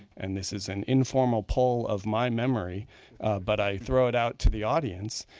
and this is an informal poll of my memory but i throw it out to the audience,